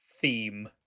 theme